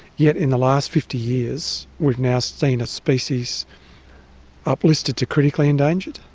yet in the last fifty years we've now seen a species up-listed to critically endangered,